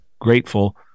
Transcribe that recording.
grateful